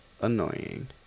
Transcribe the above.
annoying